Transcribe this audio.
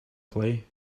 play